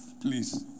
Please